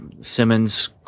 Simmons